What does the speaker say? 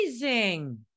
amazing